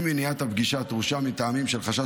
אם מניעת הפגישה דרושה מטעמים של חשש